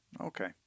Okay